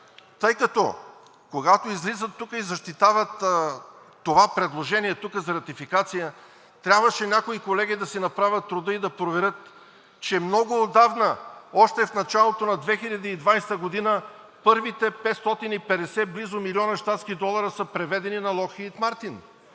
Тъй като, когато излизат тук и защитават това предложение за ратификация, някои колеги трябваше да си направят труда и да проверят, че много отдавна – още в началото на 2020 г., първите близо 550 милиона щатски долара са преведени на „Локхийд Мартин“,